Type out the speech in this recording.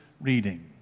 reading